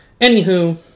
Anywho